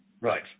Right